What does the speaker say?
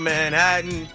Manhattan